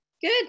good